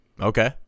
Okay